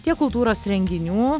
tiek kultūros renginių